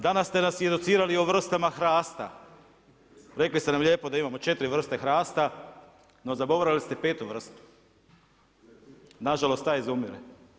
Danas ste nas educirali i o vrstama hrasta, rekli ste nam lijepo da imamo četiri vrste hrasta, no zagovarali ste petu vrstu, nažalost ta izumire.